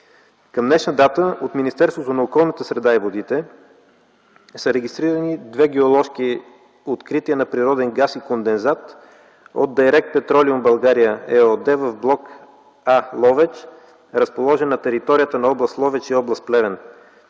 Към днешна дата от Министерството на околната среда и водите са регистрирани две геоложки открития на природен газ и кондензат от „Дайрект Петролеум България” ЕООД в блок „А- Ловеч”, разположен на територията на област Ловеч и област Плевен.